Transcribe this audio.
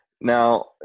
Now